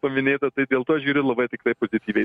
paminėta tai dėl to žiūriu labai tikrai pozityviai